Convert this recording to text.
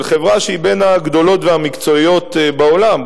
אצל חברה שהיא בין הגדולות והמקצועיות בעולם,